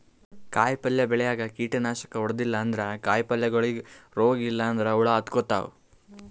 ಕಾಯಿಪಲ್ಯ ಬೆಳ್ಯಾಗ್ ಕೀಟನಾಶಕ್ ಹೊಡದಿಲ್ಲ ಅಂದ್ರ ಕಾಯಿಪಲ್ಯಗೋಳಿಗ್ ರೋಗ್ ಇಲ್ಲಂದ್ರ ಹುಳ ಹತ್ಕೊತಾವ್